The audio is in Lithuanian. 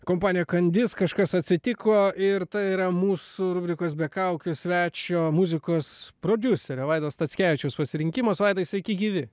kompanija kandis kažkas atsitiko ir tai yra mūsų rubrikos be kaukių svečio muzikos prodiuserio vaido stackevičiaus pasirinkimas vaidai sveiki gyvi